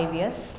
years